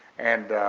and